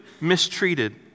mistreated